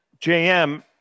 JM